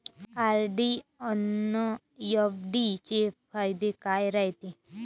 RD अन FD चे फायदे काय रायते?